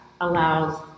allows